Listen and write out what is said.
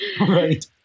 Right